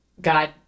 God